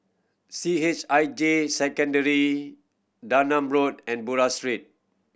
C H I J Secondary Darnam Road and Buroh Street